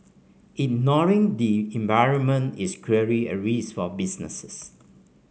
ignoring the environment is clearly a risk for businesses